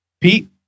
Pete